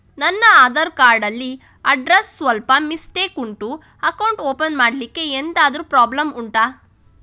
ನನ್ನ ಆಧಾರ್ ಕಾರ್ಡ್ ಅಲ್ಲಿ ಅಡ್ರೆಸ್ ಸ್ವಲ್ಪ ಮಿಸ್ಟೇಕ್ ಉಂಟು ಅಕೌಂಟ್ ಓಪನ್ ಮಾಡ್ಲಿಕ್ಕೆ ಎಂತಾದ್ರು ಪ್ರಾಬ್ಲಮ್ ಉಂಟಾ